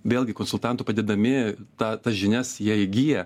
vėlgi konsultantų padedami tą tas žinias jie įgyja